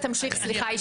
ישי, תמשיך, סליחה.